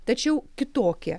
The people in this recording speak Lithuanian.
tačiau kitokie